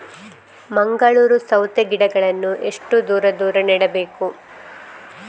ಮಂಗಳೂರು ಸೌತೆ ಗಿಡಗಳನ್ನು ಎಷ್ಟು ದೂರ ದೂರ ನೆಡಬೇಕು?